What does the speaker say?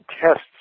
tests